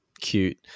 cute